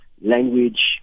language